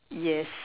yes